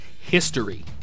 history